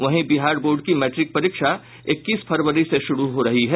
वहीं बिहार बोर्ड की मैट्रिक परीक्षा इक्कीस फरवरी से शुरू हो रही है